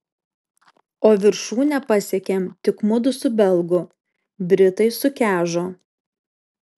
o viršūnę pasiekėm tik mudu su belgu britai sukežo